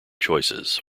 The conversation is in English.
choices